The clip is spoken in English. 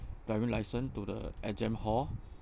driving licence to the exam hall